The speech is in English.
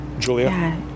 Julia